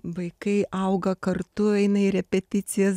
vaikai auga kartu eina į repeticijas